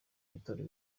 bitaro